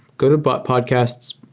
go to bot podcasts,